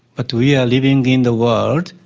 but we are living in the world,